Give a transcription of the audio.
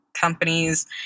companies